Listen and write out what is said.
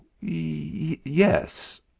yes